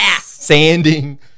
sanding